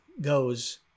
goes